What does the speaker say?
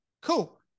Cool